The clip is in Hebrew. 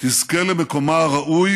תזכה למקומה הראוי